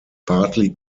partly